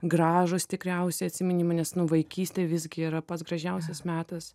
gražūs tikriausiai atsiminimai nes nu vaikystė visgi yra pats gražiausias metas